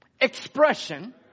expression